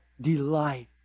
delight